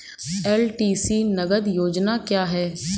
LTC नगद योजना क्या है?